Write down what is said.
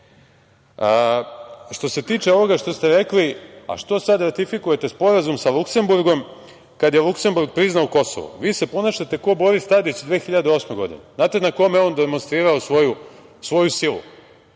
se tiče ovoga što ste rekli - a što sada ratifikujete sporazum sa Luksemburgom kada je Luksemburg priznao Kosovo, vi se ponašate kao Boris Tadić 2008. godine. Da li znate na kome je on demonstrirao svoju silu?